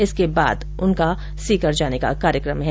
इसके बाद उनका सीकर जाने का कार्यक्रम है